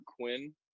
quinn